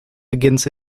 begins